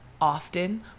often